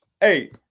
hey